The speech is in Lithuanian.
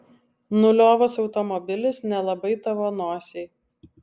nuliovas automobilis nelabai tavo nosiai